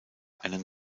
einen